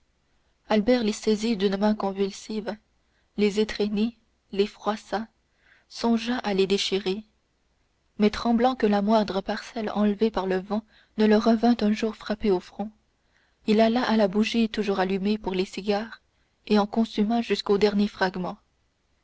albert les saisit d'une main convulsive les étreignit les froissa songea à les déchirer mais tremblant que la moindre parcelle enlevée par le vent ne le revînt un jour frapper au front il alla à la bougie toujours allumée pour les cigares et en consuma jusqu'au dernier fragment